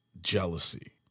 jealousy